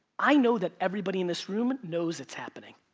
i know that everybody in this room knows it's happening.